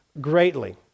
greatly